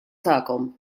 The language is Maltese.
tagħkom